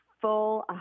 full